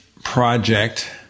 Project